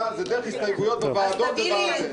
זה דרך הסתייגויות בוועדות ובמליאה.